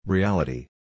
Reality